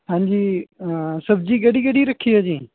ਹਾਂਜੀ ਸਬਜ਼ੀ ਕਿਹੜੀ ਕਿਹੜੀ ਰੱਖੀ ਆ ਜੀ